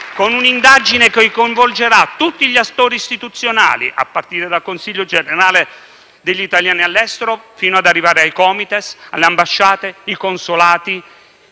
conoscitiva che coinvolgerà tutti gli attori istituzionali, a partire dal Consiglio generale degli italiani all'estero, fino ad arrivare ai Comites, alle ambasciate, ai consolati